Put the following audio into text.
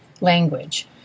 language